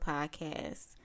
Podcast